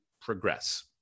progress